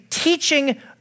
teaching